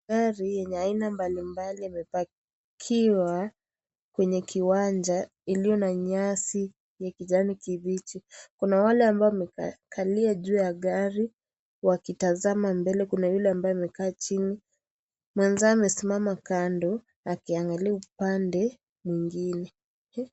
Gari yenye aina mbalimbali imepakiwa kwenye kiwanja iliyo na nyasi ya kijani kibichi . Kuna wale ambao wamekalia juu ya gari wakitazama mbele, kuna Yule ambaye amekaa chini. Mwenzao amesimama kando akiangalia upande mwingine.